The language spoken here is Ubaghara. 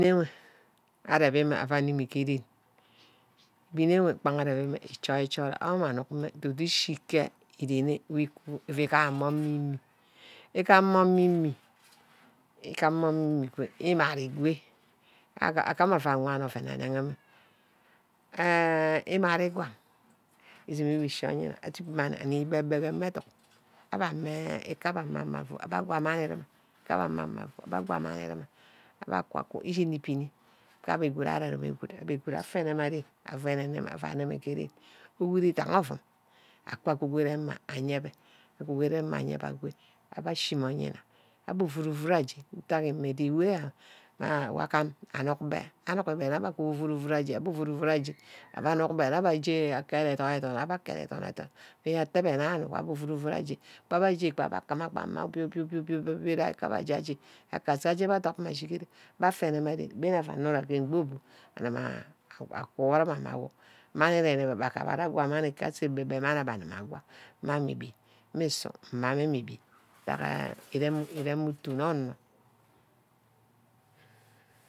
Arep íme ava nními ke-ren. îbinnewe banga arep-íme îchop-íchopbor. awah mme amig mme du-du îchi-ke ídid. euugama mme mmorm ími. îgama ími. igama ími umad ugo agume aua wan oven anegemme enh ímari nigtwang ishíbíbe anime ah gub mani anibebe nna ke ame duck. abe kebbe abe ame afu abe aguwa manni nna. aba kaku ishini ebini kube abe good areremme abe good avene mmaˈren afener auu aneme ke rem. îgwu îdanghe ke ouum aka aguro emma ayebe. aguroˈemma ayeba ago abe aje oyinna. abe ovovod aje ntack imme the way wor agam anuckˈbeh. anuck mme nne abe wuno ouuvurud aje anuck mbe abbe cate edunor-edunnor abe akate edornor-edornor îgaha atte abe ouuvude annuck eenh abe ouu uuru aje. abe jeˈme obîo obîo obîo kubor abe áje aj́e. aka ashide a bah dop mma agigere afennema ren aua nura ke mpeng bu a kuna mme awor. manni íre abe gumorna agua. manni. kebbe asay bebeh manni je abbe agua. mme bíbi mmusu mmame îbibi a be arem utu nne onor